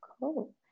Cool